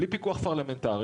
בלי פיקוח פרלמנטרי,